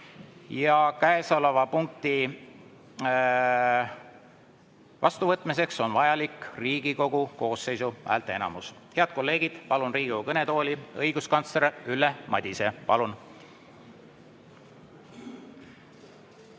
Ja käesoleva punkti vastuvõtmiseks on vajalik Riigikogu koosseisu häälteenamus. Head kolleegid, palun Riigikogu kõnetooli õiguskantsler Ülle Madise. Palun!